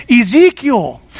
Ezekiel